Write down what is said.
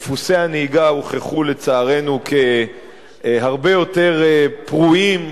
דפוסי הנהיגה הוכחו, לצערנו, כהרבה יותר פרועים.